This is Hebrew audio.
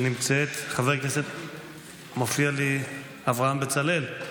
חבר הכנסת אברהם בצלאל,